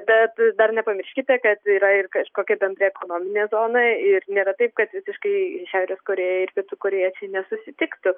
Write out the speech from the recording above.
bet dar nepamirškite kad yra ir kažkokia bendra ekonominė zona ir nėra taip kad visiškai šiaurės korėjai pietų korėja čia nesusitiktų